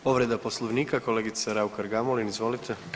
Povreda Poslovnika, kolegica Raukar Gamulin, izvolite.